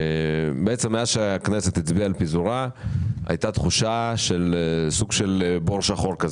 מאז שהכנסת הצביעה על פיזורה הייתה תחושה שיש מין בור שחור,